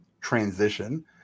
transition